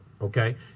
okay